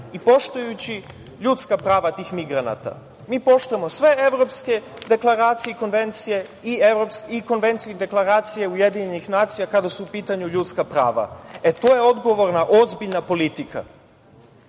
i poštujući ljudska prava tih migranata. Mi poštujemo sve evropske deklaracije i konvencije i konvencije i deklaracije UN kada su u pitanju ljudska prava. To je odgovorna, ozbiljna politika. Hteo